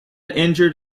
injured